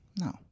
No